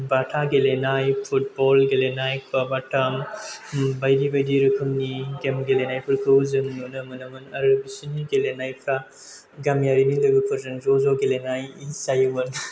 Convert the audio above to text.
बाथा गेलेनाय फुटबल गेलेनाय खुवाबाटाम बायदि बायदि रोखोमनि गेम गेलेनायफोरखौ जों नुनो मोनोमोन आरो बिसोरनि गेलेनायफोरा गामियारि लोगोफोरजों ज' ज' गेलेनाय जायोमोन